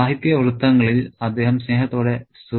സാഹിത്യവൃത്തങ്ങളിൽ അദ്ദേഹം സ്നേഹത്തോടെ സു